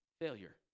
failure